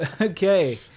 okay